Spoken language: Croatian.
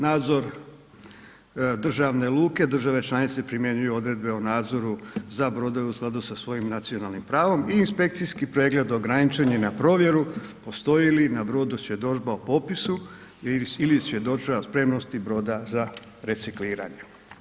Nadzor državne luke, države članice primjenjuju odredbe o nadzoru za brodove u skladu sa svojim nacionalnim pravom i inspekcijski pregled ograničen je na provjeru postoji li na brodu svjedodžba o popisu ili svjedodžba spremnosti broda za recikliranje.